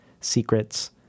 secrets